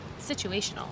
situational